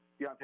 Deontay